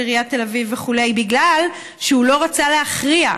של עיריית תל אביב וכו' בגלל שהוא לא רצה להכריע.